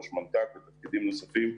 ראש מנת"ק ותפקידים נוספים,